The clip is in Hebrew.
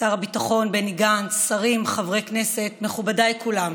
הביטחון בני גנץ, שרים, חברי כנסת, מכובדיי כולם,